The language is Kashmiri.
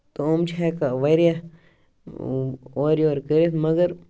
تٔمۍ چھِ ہٮ۪کان واریاہ اورٕ یور کٔرِتھ مَگر